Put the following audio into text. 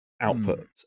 output